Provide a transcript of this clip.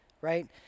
Right